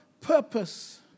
purpose